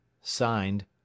Signed